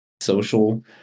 social